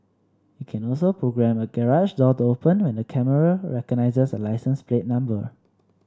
it can also programme a garage door to open when the camera recognises a license plate number